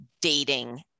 dating